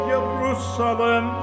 Jerusalem